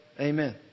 amen